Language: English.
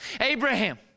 Abraham